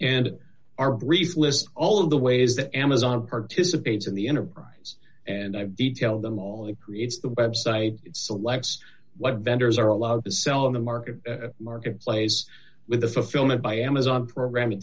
and our brief list all of the ways that amazon participates in the enterprise and i detail them all in creates the website selects what vendors are allowed to sell in the market marketplace with the fulfillment by amazon programming